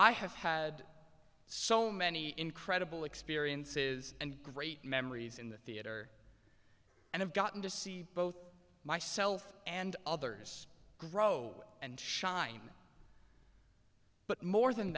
i have had so many incredible experiences and great memories in the theater and i've gotten to see both myself and others grow and shine but more than